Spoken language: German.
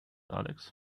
alex